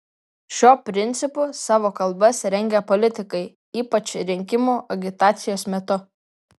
šiuo principu savo kalbas rengia politikai ypač rinkimų agitacijos metu